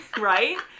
Right